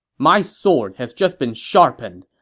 my sword has just been sharpened.